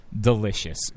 delicious